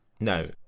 No